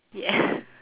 ya